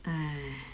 ah